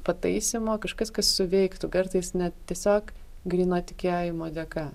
pataisymo kažkas kas suveiktų kartais net tiesiog gryno tikėjimo dėka